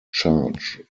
charge